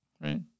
right